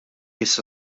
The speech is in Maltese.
issa